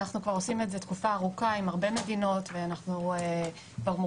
אנחנו כבר עושים את זה תקופה ארוכה עם הרבה